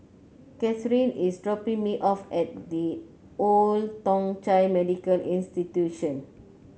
Kathyrn is dropping me off at The Old Thong Chai Medical Institution